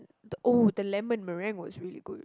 the oh the lemon merrame was really very good